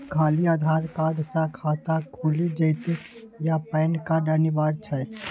खाली आधार कार्ड स खाता खुईल जेतै या पेन कार्ड अनिवार्य छै?